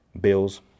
bills